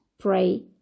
pray